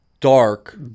Dark